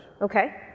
Okay